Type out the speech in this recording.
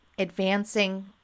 Advancing